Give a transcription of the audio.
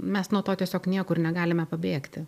mes nuo to tiesiog niekur negalime pabėgti